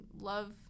love